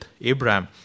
Abraham